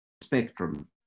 spectrum